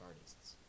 artists